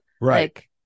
right